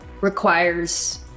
requires